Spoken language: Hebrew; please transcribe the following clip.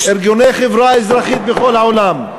ארגוני חברה אזרחית בכל העולם,